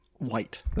white